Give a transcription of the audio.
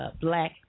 Black